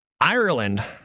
Ireland